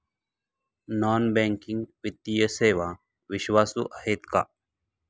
Non banking वित्तीय सेवा विश्वासू आहेत का?